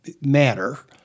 matter